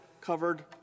covered